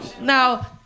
Now